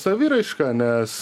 saviraiška nes